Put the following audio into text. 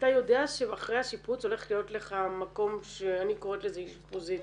אתה יודע שאחרי השיפוץ הולך להיות לך מקום שאני קוראת לזה אשפוזית,